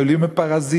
היהודים הם פרזיטים,